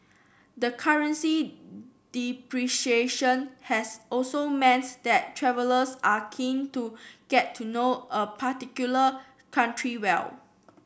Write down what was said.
the currency depreciation has also means that travellers are keen to get to know a particular country well